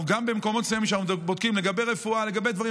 גם במקומות מסוימים, כשאנחנו בודקים לגבי רפואה,